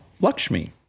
Lakshmi